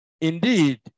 Indeed